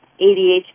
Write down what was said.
ADHD